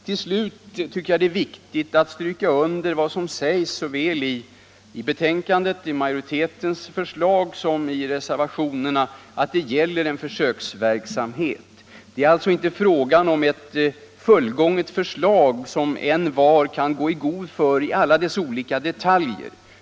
Till slut tycker jag det är viktigt att stryka under vad som sägs i betänkandet, såväl i majoritetens förslag som i reservationerna, nämligen att det gäller en försöksverksamhet. Det är alltså inte fråga om ett fullgånget förslag, som envar kan gå i god för i alla dess olika detaljer.